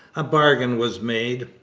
a bargain was made.